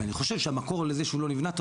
ואני חושב שהמקור לזה שהוא לא נבנה טוב